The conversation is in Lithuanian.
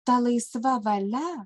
ta laisva valia